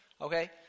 Okay